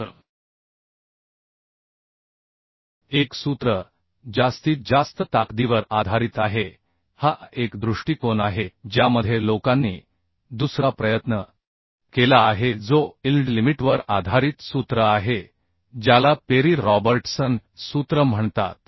तर एक सूत्र जास्तीत जास्त ताकदीवर आधारित आहे हा एक दृष्टीकोन आहे ज्यामध्ये लोकांनी दुसरा प्रयत्न केला आहे जो इल्ड लिमिटवर आधारित सूत्र आहे ज्याला पेरी रॉबर्टसन सूत्र म्हणतात